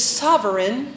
sovereign